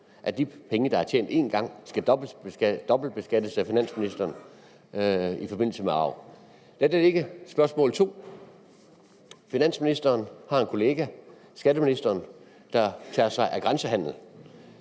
at de penge, der er tjent én gang, skal dobbeltbeskattes af finansministeren i forbindelse med arv. Lad det ligge. Spørgsmål 2: Finansministeren har en kollega, skatteministeren, der tager sig af grænsehandel.